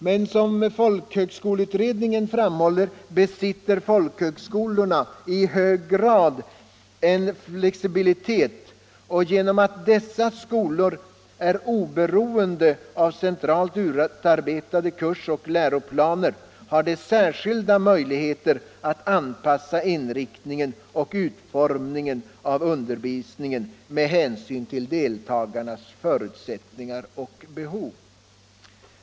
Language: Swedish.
Men som folkhögskoleutredningen framhåller besitter folkhögskolorna en hög grad av flexibilitet, och genom att dessa skolor är oberoende av centralt utarbetade kursoch läroplaner har de särskilda möjligheter att anpassa inriktningen och utformningen av undervisningen med hänsyn till deltagarnas förutsättningar och behov.